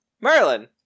Merlin